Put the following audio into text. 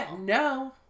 No